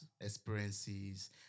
experiences